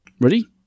Ready